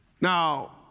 Now